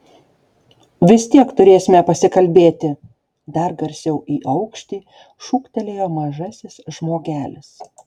vis tiek turėsime pasikalbėti dar garsiau į aukštį šūktelėjo mažasis žmogelis